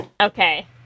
Okay